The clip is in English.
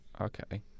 Okay